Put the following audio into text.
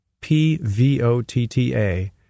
P-V-O-T-T-A